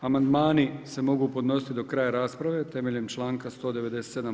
Amandmani se mogu podnositi do kraja rasprave temeljem članka 197.